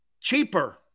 Cheaper